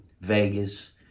Vegas